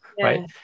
right